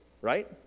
Right